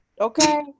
Okay